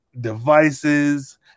devices